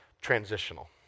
transitional